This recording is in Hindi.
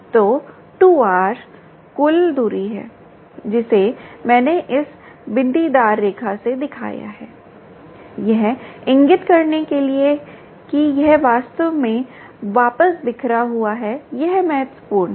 तो 2 r कुल दूरी है जिसे मैंने इस बिंदीदार रेखा से दिखाया है यह इंगित करने के लिए कि यह वास्तव में वापस बिखरा हुआ है यह महत्वपूर्ण है